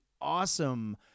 awesome